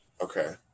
Okay